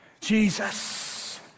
Jesus